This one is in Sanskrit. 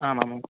आमामाम्